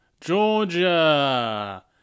Georgia